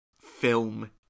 film